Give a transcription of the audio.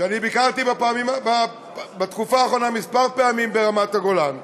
שביקרתי כמה פעמים בתקופה האחרונה ברמת הגולן,